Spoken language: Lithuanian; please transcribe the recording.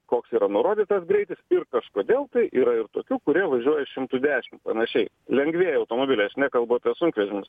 koks yra nurodytas greitis ir kažkodėl tai yra ir tokių kurie važiuoja šimtu dešimt panašiai lengvieji automobiliai aš nekalbu apie sunkvežimius